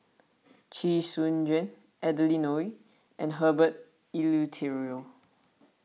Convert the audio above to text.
Chee Soon Juan Adeline Ooi and Herbert Eleuterio